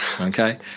okay